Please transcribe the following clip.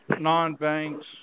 non-banks